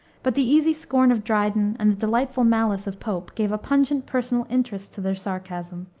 but the easy scorn of dryden and the delightful malice of pope gave a pungent personal interest to their sarcasm,